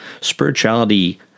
Spirituality